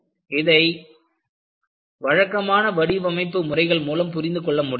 இதை வழக்கமான வடிவமைப்பு வழிமுறைகள் மூலம் புரிந்து கொள்ள முடியாது